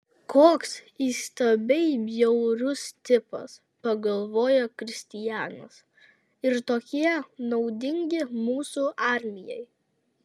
koks įstabiai bjaurus tipas pagalvojo kristianas ir tokie naudingi mūsų armijai